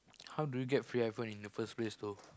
how do you get free iPhone in the first place though